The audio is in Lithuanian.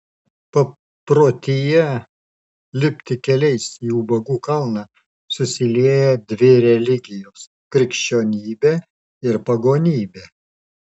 paprotyje lipti keliais į ubagų kalną susilieja dvi religijos krikščionybė ir pagonybė